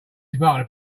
department